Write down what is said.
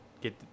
get